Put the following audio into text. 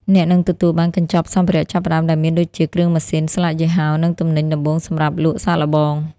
អ្នកនឹងទទួលបាន "កញ្ចប់សម្ភារៈចាប់ផ្ដើម" ដែលមានដូចជា គ្រឿងម៉ាស៊ីន ស្លាកយីហោ និងទំនិញដំបូងសម្រាប់លក់សាកល្បង។